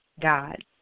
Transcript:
God